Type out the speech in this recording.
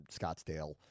Scottsdale